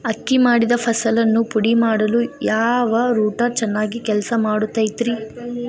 ಅಕ್ಕಿ ಮಾಡಿದ ಫಸಲನ್ನು ಪುಡಿಮಾಡಲು ಯಾವ ರೂಟರ್ ಚೆನ್ನಾಗಿ ಕೆಲಸ ಮಾಡತೈತ್ರಿ?